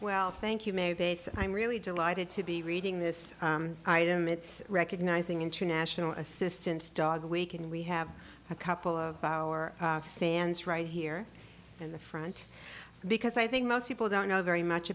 well thank you mayor bates i'm really delighted to be reading this item it's recognizing international assistance dog week and we have a couple of our fans right here in the front because i think most people don't know very much